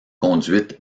conduite